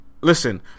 Listen